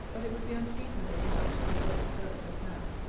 but it would be unseasonable to touch this subject farther just now.